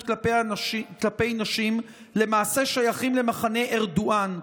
כלפי נשים למעשה שייכים למחנה ארדואן.